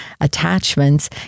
attachments